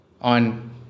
on